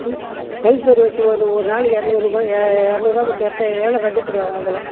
ம் ஹெல்பரு வச்சி ஒரு ஒரு நாளைக்கு இரநூறுபா ஏ இரநூறுவா கொடுத்து இறைச்சா எவ்வளோ கட்டுப்படியாவும் அதில்